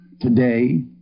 Today